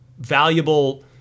valuable